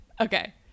Okay